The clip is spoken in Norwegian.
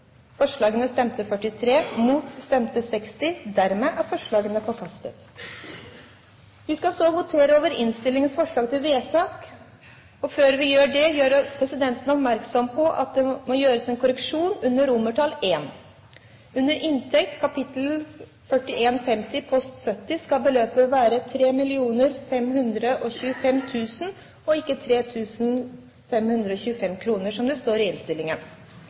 forslagene. Vi skal så votere over innstillingens forslag til vedtak. Før vi gjør det, vil presidenten gjøre oppmerksom på at det må gjøres en korreksjon under I. Under inntekter kap. 4150 post 70 skal beløpet være 3 525 000 kr og ikke 3 525 kr, som det står i innstillingen.